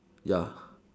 ya